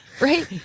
Right